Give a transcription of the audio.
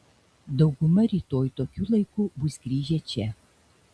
dauguma rytoj tokiu laiku bus grįžę čia